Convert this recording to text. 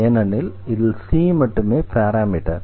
ஏனெனில் இதில் c மட்டுமே பாராமீட்டர்